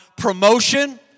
promotion